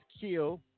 kill